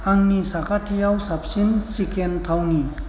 आंनि साखाथियाव साबसिन चिकेन थावनि